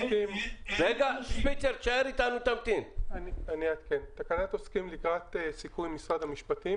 אני אעדכן תקנת עוסקים לקראת סיכום עם משרד המשפטים.